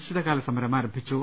ശ്ചിതകാല സമരം ആരംഭിച്ചു